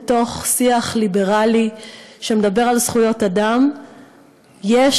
בתוך שיח ליברלי שמדבר על זכויות אדם יש